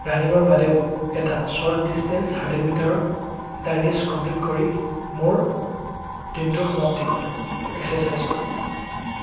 ৰাণিঙৰ বাদেও এটা short distance hundred মিটাৰৰ এটা ৰেছ কমপ্লিট কৰি মোৰ দিনটোৰ সমাপ্তি কৰোঁ এক্সাচাইছৰ